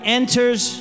enters